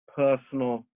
personal